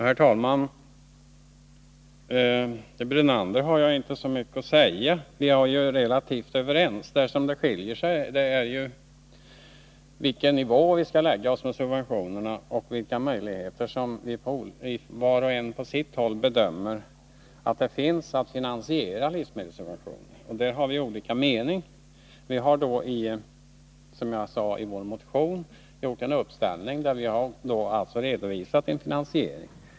Herr talman! Till Lennart Brunander har jag inte så mycket att säga, vi var relativt överens. Det som skiljer oss åt är frågan om vilken nivå vi skall lägga subventionerna på, och vilka möjligheter vi var och en på sitt håll bedömer att det finns möjlighet att finansiera livsmedelssubventionerna. Där har vi olika mening. Vi har i vår motion gjort en uppställning där vi redovisat en finansiering.